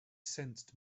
sensed